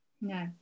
no